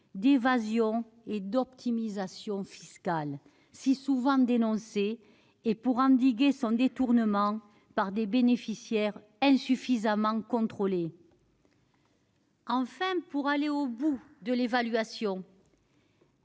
d'évasion et d'optimisation fiscales, si souvent dénoncées, et pour endiguer son détournement par des bénéficiaires insuffisamment contrôlés. Enfin, pour aller jusqu'au bout de l'évaluation,